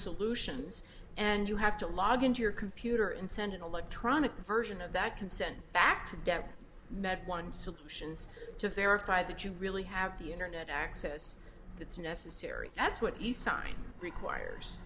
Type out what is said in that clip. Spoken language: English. solutions and you have to log into your computer and send an electronic version of that consent back to dept that one solutions to verify that you really have the internet access that's necessary that's what eastside requires